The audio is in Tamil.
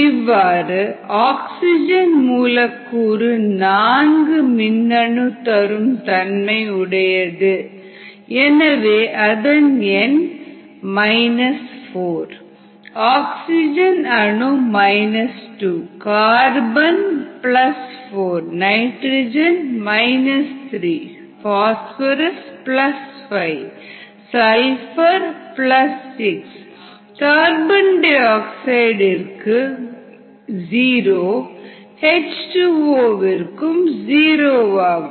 இவ்வாறு ஆக்சிஜன் மூலக்கூறு நான்கு மின்னணு தரும் தன்மை உடையது எனவே அதன் எண் 4 ஆக்சிஜன் அணு 2 carbon 4 nitrogen 3 phosphorus 5 sulphur 6 CO2 விற்கு 0 H2O விற்கும் ஜீரோ ஆகும்